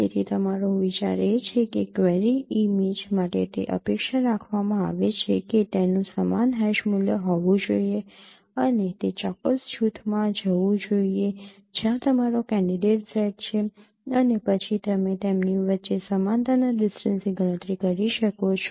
તેથી તમારો વિચાર એ છે કે ક્વેરી ઇમેજ માટે તે અપેક્ષા રાખવામાં આવે છે કે તેનું સમાન હેશ મૂલ્ય હોવું જોઈએ અને તે ચોક્કસ જૂથમાં જવું જોઈએ જ્યાં તમારો કેન્ડિડેટ સેટ છે અને પછી તમે તેમની વચ્ચે સમાનતાના ડિસ્ટન્સની ગણતરી કરી શકો છો